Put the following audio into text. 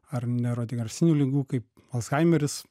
ar neurodigarsinių ligų kaip alzhaimeris